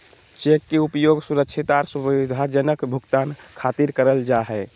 cheque के उपयोग सुरक्षित आर सुविधाजनक भुगतान खातिर करल जा हय